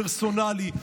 פרסונלי,